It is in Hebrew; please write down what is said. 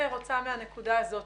רוצה להמשיך מהנקודה הזאת.